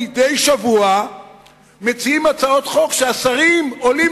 מדי שבוע מציעים הצעות חוק שהשרים עולים